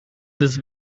this